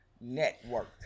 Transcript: network